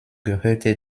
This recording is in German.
gehörte